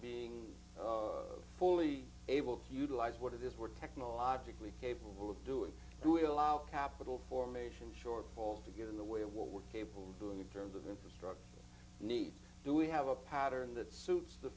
being fully able to utilize what it is we're technologically capable of doing so we allow capital formation shortfall to get in the way of what we're capable of doing to terms of infrastructure needs do we have a pattern that suits the